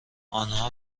انها